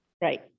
Right